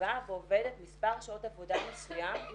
שבאה ועובדת מספר שעות עבודה מסוים היא